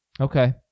Okay